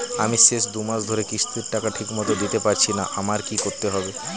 আমি শেষ দুমাস ধরে কিস্তির টাকা ঠিকমতো দিতে পারছিনা আমার কি করতে হবে?